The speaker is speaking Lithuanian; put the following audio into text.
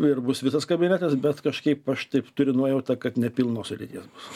ir bus visas kabinetas bet kažkaip aš taip turiu nuojautą kad nepilnos sudėties bus